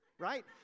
right